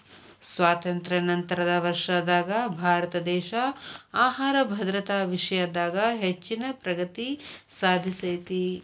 ಸ್ವಾತಂತ್ರ್ಯ ನಂತರದ ವರ್ಷದಾಗ ಭಾರತದೇಶ ಆಹಾರ ಭದ್ರತಾ ವಿಷಯದಾಗ ಹೆಚ್ಚಿನ ಪ್ರಗತಿ ಸಾಧಿಸೇತಿ